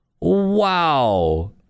wow